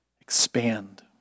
expand